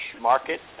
market